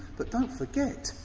but don't forget,